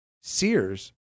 Sears